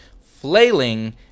flailing